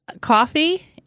coffee